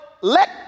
let